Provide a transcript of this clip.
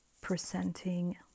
presenting